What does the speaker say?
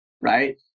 right